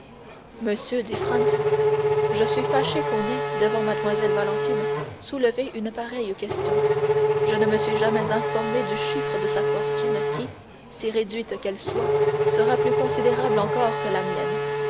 monsieur dit franz je suis fâché qu'on ait devant mlle valentine soulevé une pareille question je ne me suis jamais informé du chiffre de sa fortune qui si réduite qu'elle soit sera plus considérable encore que la mienne